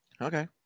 Okay